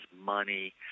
money